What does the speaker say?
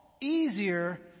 easier